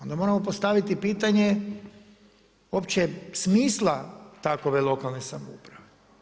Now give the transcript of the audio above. Onda moramo postaviti pitanje, opće smisla takove lokalne samouprave.